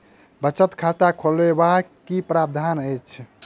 बचत खाता खोलेबाक की प्रावधान अछि?